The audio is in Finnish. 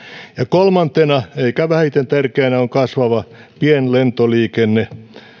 kolmantena eikä vähiten tärkeänä on kasvava pienlentoliikenne